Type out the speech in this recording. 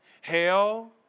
Hell